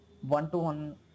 one-to-one